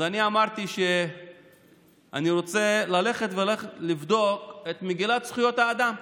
אז אני אמרתי שאני רוצה ללכת לבדוק את מגילת זכויות האדם.